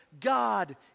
God